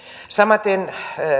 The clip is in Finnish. samaten